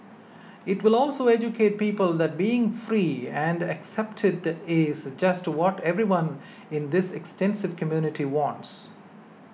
it will also educate people that being free and accepted is just what everyone in this extensive community wants